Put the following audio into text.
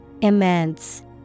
Immense